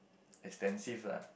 extensive lah